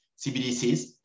CBDCs